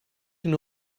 hyn